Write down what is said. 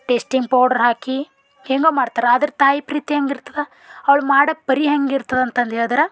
tasting powder ಹಾಕಿ ಹೇಗೋ ಮಾಡ್ತಾರೆ ಆದ್ರೆ ತಾಯಿ ಪ್ರೀತಿ ಹೆಂಗಿರ್ತದ ಅವ್ಳು ಮಾಡೋದ್ ಪರಿ ಹೆಂಗಿರ್ತದಂತಂದು ಹೇಳಿದ್ರೆ